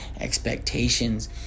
expectations